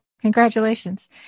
Congratulations